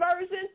version